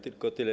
Tylko tyle.